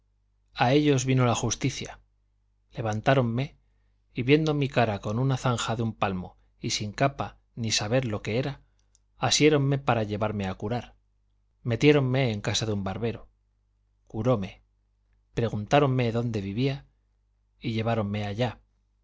a ellas vino la justicia levantáronme y viendo mi cara con una zanja de un palmo y sin capa ni saber lo que era asiéronme para llevarme a curar metiéronme en casa de un barbero curóme preguntáronme dónde vivía y lleváronme allá